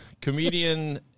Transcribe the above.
Comedian